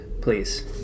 please